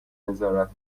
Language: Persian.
نظارت